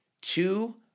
two